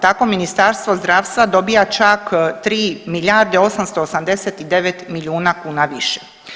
Tako Ministarstvo zdravstva dobija čak 3 milijarde 889 milijuna kuna više.